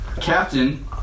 captain